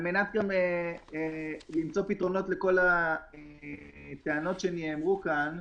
על מנת גם למצוא פתרונות לכל הטענות שנאמרו כאן,